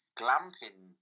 glamping